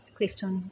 Clifton